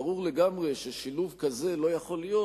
ברור לגמרי ששילוב כזה לא יכול להיות